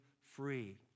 free